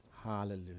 Hallelujah